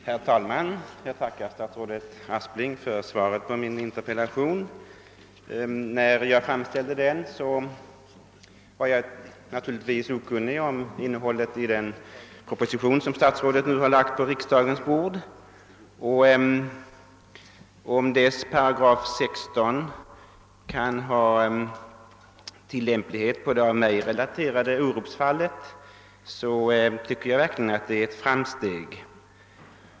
Herr talman! Jag tackar statsrådet för svaret på min interpellation. När jag framställde den var jag okunnig om innehållet i den proposition som statsrådet nu har lagt på riksdagens bord. Om den nya 16 8 i sjukvårdslagen är tillämplig på det av mig relaterade fallet tycker jag verkligen att det är ett framsteg.